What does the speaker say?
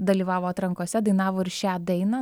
dalyvavo atrankose dainavo ir šią dainą